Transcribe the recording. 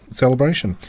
celebration